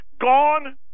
gone